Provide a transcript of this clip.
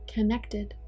Connected